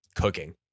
Cooking